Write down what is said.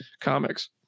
comics